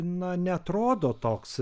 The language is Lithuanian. na neatrodo toks